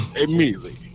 immediately